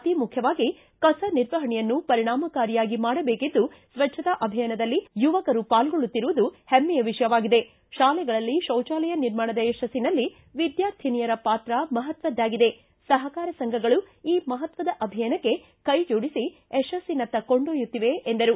ಅತಿ ಮುಖ್ಯವಾಗಿ ಕಸ ನಿರ್ವಹಣೆಯನ್ನು ಪರಿಣಾಮಕಾರಿಯಾಗಿ ಮಾಡಬೇಕಿದ್ದು ಸ್ವಚ್ಯತಾ ಅಭಿಯಾನದಲ್ಲಿ ಯುವಕರು ಪಾಲ್ಗೊಳ್ಳುತ್ತಿರುವುದು ಹೆಮ್ಮೆಯ ವಿಷಯವಾಗಿದೆ ಶಾಲೆಗಳಲ್ಲಿ ಶೌಚಾಲಯ ನಿರ್ಮಾಣದ ಯಶಸ್ಸಿನಲ್ಲಿ ವಿದ್ಕಾರ್ಥಿನಿಯರ ಪಾತ್ರ ಮಪತ್ವದ್ದಾಗಿದೆ ಸಹಕಾರ ಸಂಘಗಳು ಈ ಮಪತ್ವದ ಆಭಿಯಾನಕ್ಕೆ ಕೈ ಜೋಡಿಸಿ ಯಶಸ್ಸಿನತ್ತ ಕೊಂಡೊಯ್ಯುತ್ತಿವೆ ಎಂದರು